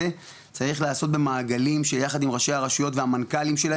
צריך לעשות במעגלים שיחד עם ראשי הרשויות והמנכ"לים שלהם